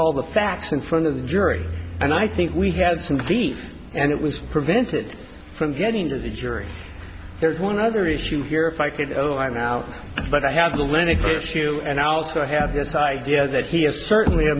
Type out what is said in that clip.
all the facts in front of the jury and i think we had some deep and it was prevented from getting the jury there's one other issue here if i could oh i'm now but i have the linux issue and i also have this idea that he is certainly a